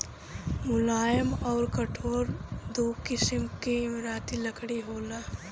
मुलायम अउर कठोर दू किसिम के इमारती लकड़ी होला